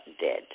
dead